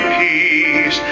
peace